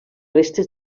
restes